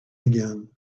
again